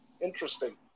Interesting